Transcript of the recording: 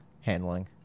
handling